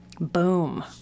boom